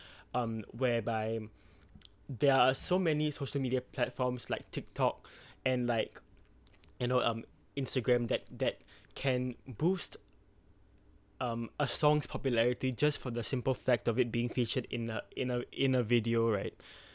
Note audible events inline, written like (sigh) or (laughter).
(breath) um whereby (noise) there are so many social media platforms like TikTok (breath) and like you know um Instagram that that (breath) can boost um a songs popularity just for the simple fact of it being featured in a in a in a video right (breath)